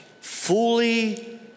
fully